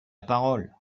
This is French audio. parole